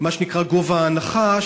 מה שנקרא גובה ההנחה,